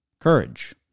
Courage